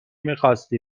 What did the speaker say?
میخواستی